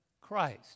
Christ